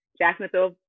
Jacksonville